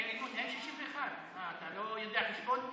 אין 61. מה, אתה לא יודע חשבון?